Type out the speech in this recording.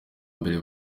mbere